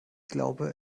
glaube